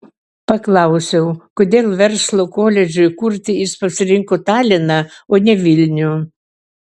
paklausiau kodėl verslo koledžui kurti jis pasirinko taliną o ne vilnių